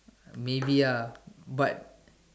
maybe ah but